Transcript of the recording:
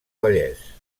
vallès